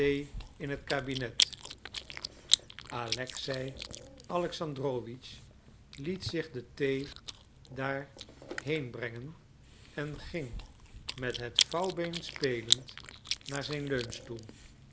in het kabinet alexei alexandrowitsch liet zich de thee daar hoen brengen en ging met het vouwbeen spelend naar zijn